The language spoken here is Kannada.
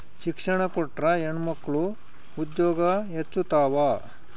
ಶಿಕ್ಷಣ ಕೊಟ್ರ ಹೆಣ್ಮಕ್ಳು ಉದ್ಯೋಗ ಹೆಚ್ಚುತಾವ